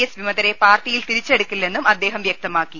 S വിമതരെ പാർട്ടിയിൽ തിരിച്ചെടുക്കില്ലെന്നും അദ്ദേഹം വ്യക്തമാക്കി